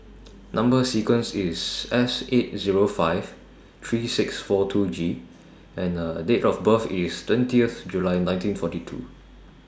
Number sequence IS S eight Zero five three six four two G and Date of birth IS twentieth July nineteen forty two